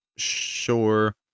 Sure